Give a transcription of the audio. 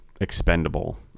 expendable